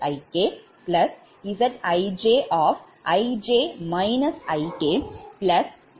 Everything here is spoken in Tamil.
ZinIn மற்றும் VjZj1I1Zj2I2